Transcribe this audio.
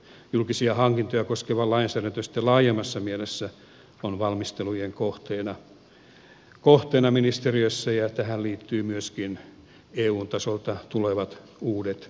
julkisia hankintoja koskeva lainsäädäntö sitten laajemmassa mielessä on valmistelujen kohteena ministeriössä ja tähän liittyvät myöskin eun tasolta tulevat uudet direktiivit